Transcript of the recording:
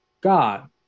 God